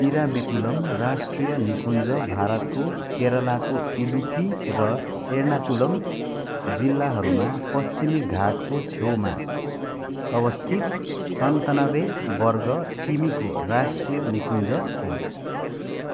इराविकुलम राष्ट्रिय निकुञ्ज भारतको केरलाको इडुक्की र एर्नाकुलम जिल्लाहरूमा पश्चिमी घाटको छेउमा अवस्थित सन्तान्नब्बे वर्ग किमीको राष्ट्रिय निकुञ्ज हो